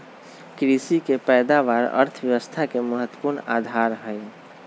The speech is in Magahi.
कृषि के पैदावार अर्थव्यवस्था के महत्वपूर्ण आधार हई